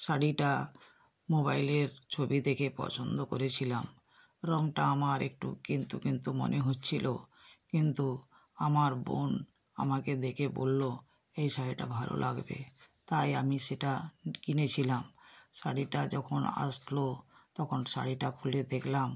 শাড়িটা মোবাইলের ছবি দেখে পছন্দ করেছিলাম রঙটা আমার একটু কিন্তু কিন্তু মনে হচ্ছিল কিন্তু আমার বোন আমাকে দেখে বলল এই শাড়িটা ভালো লাগবে তাই আমি সেটা কিনেছিলাম শাড়িটা যখন আসলো তখন শাড়িটা খুলে দেখলাম